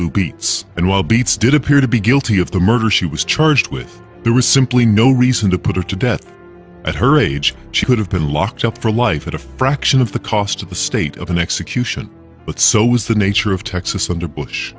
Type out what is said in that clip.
beets and while beets did appear to be guilty of the murder she was charged with there was simply no reason to put her to death at her age she could have been locked up for life at a fraction of the cost of the state of an execution but so was the nature of texas under bush